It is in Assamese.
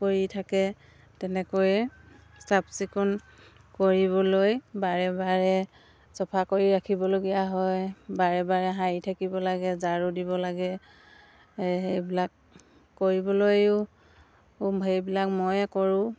কৰি থাকে তেনেকৈয়ে চাফ চিকুণ কৰিবলৈ বাৰে বাৰে চাফা কৰি ৰাখিবলগীয়া হয় বাৰে বাৰে সাৰি থাকিব লাগে ঝাৰু দিব লাগে এ সেইবিলাক কৰিবলৈয়ো সেইবিলাক ময়ে কৰোঁ